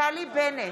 נפתלי בנט,